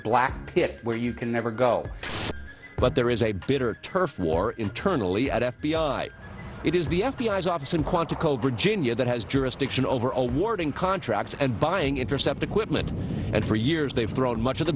black pit where you can never go but there is a bitter turf war internally at f b i it is the f b i office in quantico virginia that has jurisdiction over awarding contracts and buying intercept equipment and for years they've thrown much of the